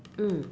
mm